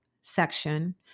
section